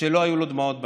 שלא היו לו דמעות בעיניים.